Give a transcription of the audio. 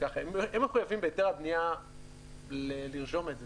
הם מחויבים בהיתר הבנייה לרשום את זה